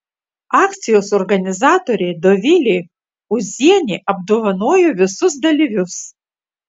akcijos organizatorė dovilė ūzienė apdovanojo visus dalyvius